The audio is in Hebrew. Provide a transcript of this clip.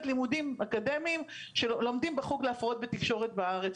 לימודים אקדמיים שלומדים בחוג להפרעות בתקשורת בארץ,